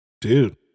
Dude